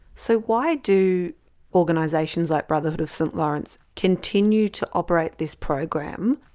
so why do organisations like brotherhood of st laurence continue to operate this program?